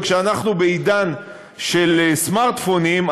וכשאנחנו בעידן של סמארטפונים,